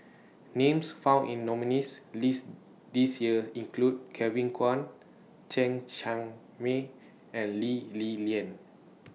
Names found in The nominees' list This Year include Kevin Kwan Chen Cheng Mei and Lee Li Lian